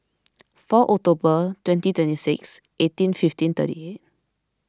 four October twenty twenty six eighteen fifteen thirty eight